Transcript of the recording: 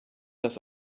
das